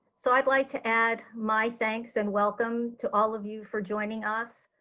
so i'd like to add my thanks and welcome to all of you for joining us.